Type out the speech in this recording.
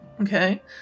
Okay